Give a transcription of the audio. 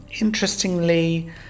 Interestingly